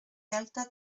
delta